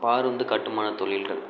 பாருந்து கட்டுமான தொழில்கள்